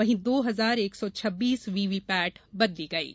वहीं दो हजार एक सौ छब्बीस वीवीपैट बदली गईं